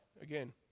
again